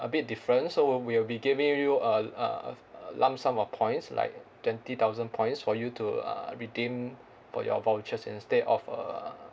a bit different so we will be giving you a a lump sum of points like twenty thousand points for you to uh redeem for your vouchers instead of uh